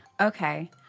Okay